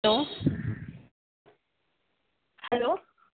hello hello